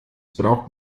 braucht